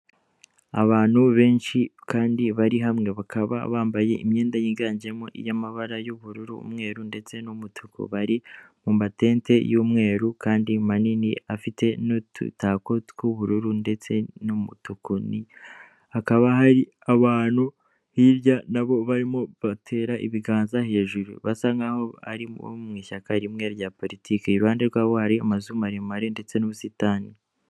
Abantu benshi kandi bari hamwe bakaba bambaye imyenda yiganjemo iy'amabara y'ubururu, umweru ndetse n'umutuku, bari mu matente y'umweru kandi manini afite n'udutako tw'ubururu ndetse n'umutuku, hakaba hari abantu hirya nabo barimo batera ibiganza hejuru basa nk'aho bari mu ishyaka rimwe rya politiki iruhande rwabo hari amazu maremare ndetse n'ubusitani.